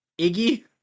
Iggy